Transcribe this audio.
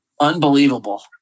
Unbelievable